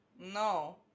No